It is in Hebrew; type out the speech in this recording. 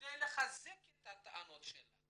כדי לחזק את הטענות שלך,